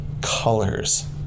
colors